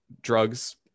drugs